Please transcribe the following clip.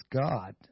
God